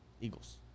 Eagles